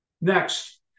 Next